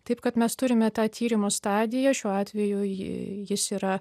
taip kad mes turime tą tyrimo stadiją šiuo atveju ji jis yra